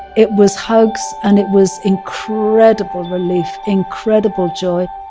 it was hugs and it was, incredible relief. incredible joy